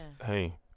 Hey